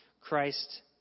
Christ